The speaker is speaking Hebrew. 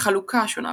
החלוקה השונה,